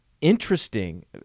interesting